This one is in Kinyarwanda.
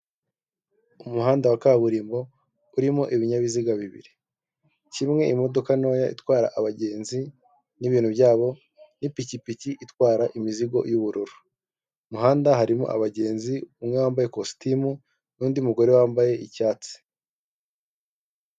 Umuhanda wa kaburimbo urimo ibinyabiziga bibiri. Kimwe imodoka ntoya itwara abagenzi n'ibintu byabo, n'ipikipiki itwara imizigo, y'ubururu. Mu muhanda harimo abagenzi; umwe wambayekositimu, n'undi mugore wambaye icyatsi.